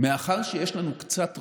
מאחר שיש לנו קצת רוח,